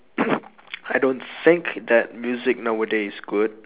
I don't think that music nowadays is good